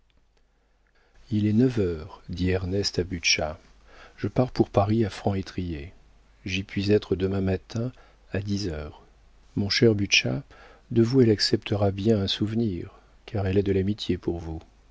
il est neuf heures dit ernest à butscha je pars pour paris à franc étrier j'y puis être demain matin à dix heures mon cher butscha de vous elle acceptera bien un souvenir car elle a de l'amitié pour vous